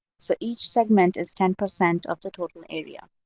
so each segment is ten percent of the total area.